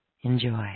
Enjoy